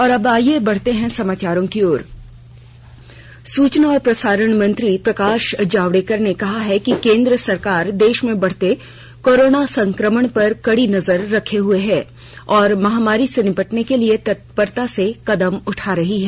और आइए बढ़ते हैं अब समाचारों की ओर सूचना और प्रसारण मंत्री प्रकाश जावडेकर ने कहा है कि केन्द्र सरकार देश में बढते कोरोना संक्रमण पर कड़ी नजर रखे हुए है और महामारी से निपटने के लिए तत्परता से कदम उठा रही है